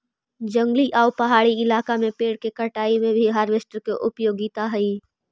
जंगली आउ पहाड़ी इलाका में पेड़ के कटाई में भी हार्वेस्टर के उपयोगिता हई